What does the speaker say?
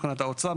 מבחינת האוצר,